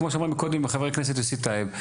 כמו שאמר מקודם חבר הכנסת יוסי טייב,